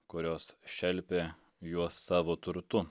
kurios šelpė juos savo turtu